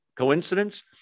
coincidence